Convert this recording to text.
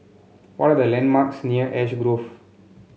what are the landmarks near Ash Grove